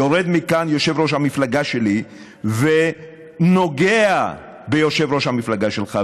יורד מכאן יושב-ראש המפלגה שלי ונוגע ביושב-ראש המפלגה שלך,